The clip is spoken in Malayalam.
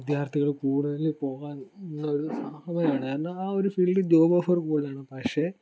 വിദ്യാർത്ഥികൾ കൂടുതൽ പോകാൻ എന്നൊരു സമയമാണ് കാരണം ആ ഒരു ഫീൽഡിൽ ജോബ് ഓഫർ കൂടുതലാണ് പക്ഷെ